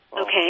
Okay